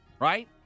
right